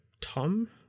Tom